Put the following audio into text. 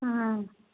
ꯑꯥ